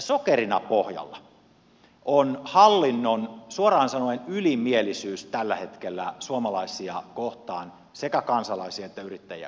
sokerina pohjalla on hallinnon suoraan sanoen ylimielisyys tällä hetkellä suomalaisia kohtaan sekä kansalaisia että yrittäjiä kohtaan